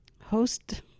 host